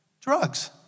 Drugs